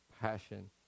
passion